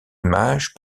image